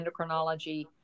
endocrinology